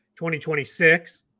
2026